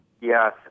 Yes